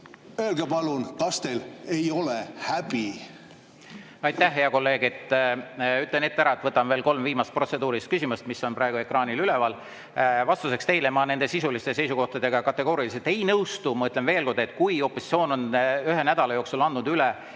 Öelge, palun, kas teil ei ole häbi!